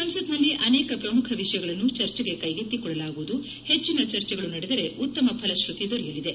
ಸಂಸತ್ನಲ್ಲಿ ಅನೇಕ ಪ್ರಮುಖ ವಿಷಯಗಳನ್ನು ಚರ್ಚೆಗೆ ಕೈಗೆಕ್ತಿಕೊಳ್ಳಲಾಗುವುದು ಹೆಚ್ವಿನ ಚರ್ಚೆಗಳು ನಡೆದರೆ ಉತ್ತಮ ಫಲಶ್ಚತಿ ದೊರೆಯಲಿದೆ